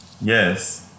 yes